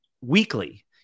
weekly –